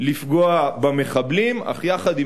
יחד עם